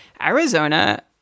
Arizona